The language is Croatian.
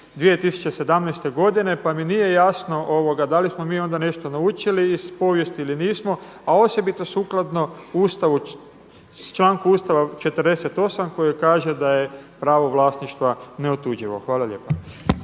2017. godine pa mi nije jasno da li smo mi onda nešto naučili iz povijesti ili nismo, a osobito sukladno članku Ustava 48 koji kaže da je pravo vlasništva neotuđivo. Hvala lijepa.